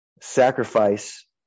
sacrifice